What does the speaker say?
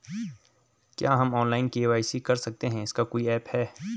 क्या हम online KYC कर सकते हैं इसका कोई ऐप है?